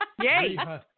Yay